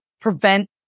prevent